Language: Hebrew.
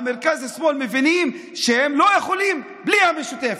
המרכז-שמאל מבינים שהם לא יכולים בלי המשותפת.